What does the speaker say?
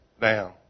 down